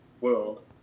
world